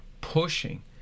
pushing